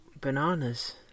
bananas